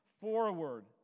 forward